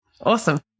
Awesome